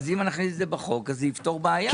אז אם נכניס את זה בחוק אז זה יפתור בעיה.